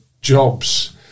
jobs